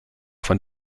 von